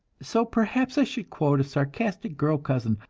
so perhaps i should quote a sarcastic girl cousin,